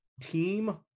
team